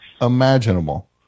imaginable